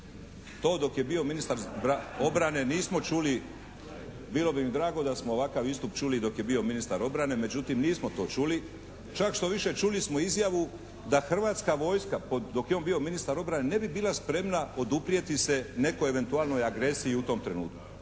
To dok je bio ministar obrane nismo čuli. Bilo bi mi drago da smo ovakav istup čuli i dok je bio ministar obrane. Međutim, nismo to čuli. Čak što više čuli smo izjavu da hrvatska vojska dok je on bio ministar obrane ne bi bila spremna oduprijeti se nekoj eventualnoj agresiji u tom trenutku.